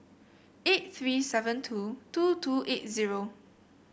eight three seven two two two eight zero